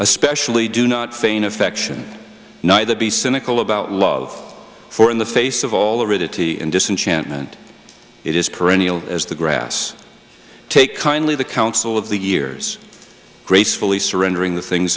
especially do not feign affection neither be cynical about love for in the face of all aridity and disenchantment it is perennial as the grass take kindly the counsel of the years gracefully surrendering the things